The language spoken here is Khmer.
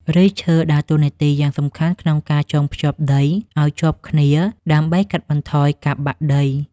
ឫសឈើដើរតួនាទីយ៉ាងសំខាន់ក្នុងការចងភ្ជាប់ដីឱ្យជាប់គ្នាដើម្បីកាត់បន្ថយការបាក់ដី។